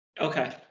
Okay